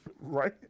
Right